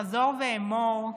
חזור ואמור,